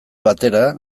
batera